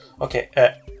Okay